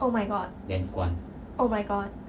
oh my god oh my god